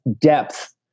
depth